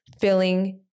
filling